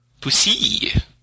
Pussy